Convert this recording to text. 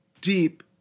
deep